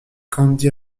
candy